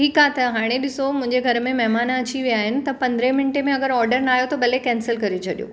ठीकु आहे त हाणे ॾिसो मुंहिंजे घर में महिमान अची विया आहिनि त पंद्रहें मिंटे में अगरि ऑडर न आयो त भले कैंसिल करे छॾियो